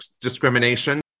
discrimination